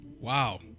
Wow